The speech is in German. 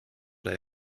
oder